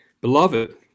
Beloved